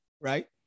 right